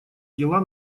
дела